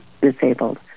disabled